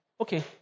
okay